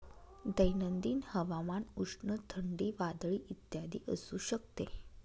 दैनंदिन हवामान उष्ण, थंडी, वादळी इत्यादी असू शकते